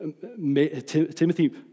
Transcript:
Timothy